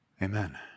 Amen